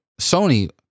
Sony